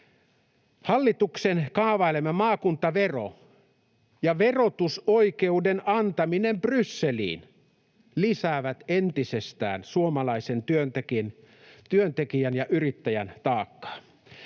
Hallituksen kaavailema maakuntavero ja verotusoikeuden antaminen Brysseliin lisäävät entisestään suomalaisen työntekijän ja yrittäjän taakkaa.